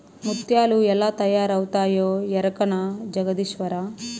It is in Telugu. ముత్యాలు ఎలా తయారవుతాయో ఎరకనా జగదీశ్వరా